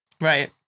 Right